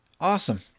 Awesome